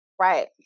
Right